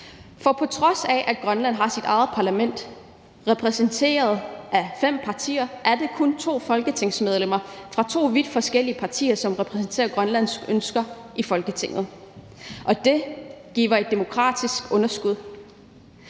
For på trods af at Grønland har sit eget parlament med fem partier repræsenteret, er det kun to folketingsmedlemmer fra to vidt forskellige partier, som repræsenterer Grønlands ønsker i Folketinget. Og det giver et demokratisk underskud.